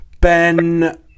Ben